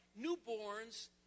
newborns